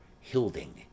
HILDING